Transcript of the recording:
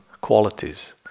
qualities